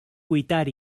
cuitar